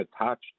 attached